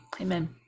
Amen